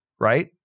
right